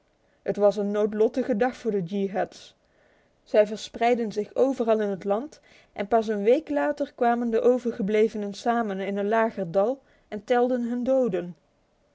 het was een noodlottige dag voor de yeehats zij verspreidden zich overal in het land en pas een week later kwamen de overgeblevenen samen in een lager dal en telden hun doden